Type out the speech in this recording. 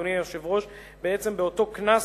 מדובר, אדוני היושב-ראש, בעצם באותו קנס,